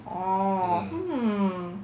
orh hmm